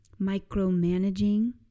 micromanaging